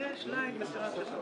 להתנות בחוזה